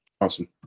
Awesome